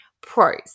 pros